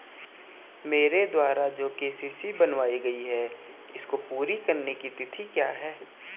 मेरे द्वारा जो के.सी.सी बनवायी गयी है इसको पूरी करने की तिथि क्या है?